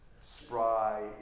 spry